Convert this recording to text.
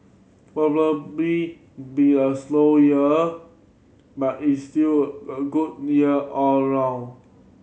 probably be be a slower year but it still a good year all around